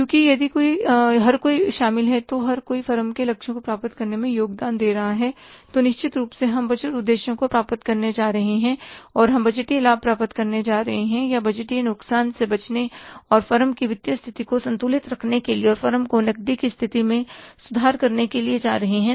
क्योंकि यदि हर कोई शामिल है तो हर कोई फर्म के लक्ष्यों को प्राप्त करने में योगदान दे रहा है तो निश्चित रूप से हम बजट उद्देश्यों को प्राप्त करने जा रहे हैं और हम बजटीय लाभ प्राप्त करने जा रहे हैं या बजटीय नुकसान से बचने और फर्म की वित्तीय स्थिति को संतुलित रखने के लिए और फर्म की नकदी की स्थिति में सुधार करने के लिए जा रहे है